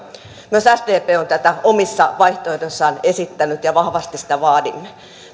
myös sdp on tätä omissa vaihtoehdoissaan esittänyt ja vahvasti sitä vaadimme